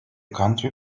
country